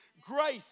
grace